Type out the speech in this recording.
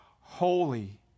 holy